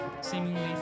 seemingly